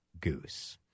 goose